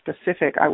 specific